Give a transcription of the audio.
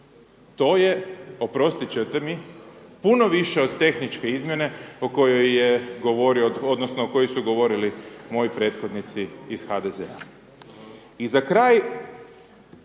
To je oprostit ćete mi, puno više od tehničke izmjene o kojoj je govorio, odnosno koji su govorili moji prethodnici iz HDZ-a. I za kraj,